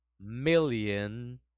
million